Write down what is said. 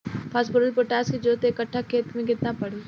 Phosphorus potash के जरूरत एक कट्ठा खेत मे केतना पड़ी?